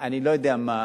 אני לא יודע מה.